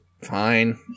fine